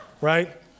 right